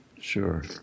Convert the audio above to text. sure